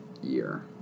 year